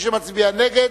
מי שמצביע נגד,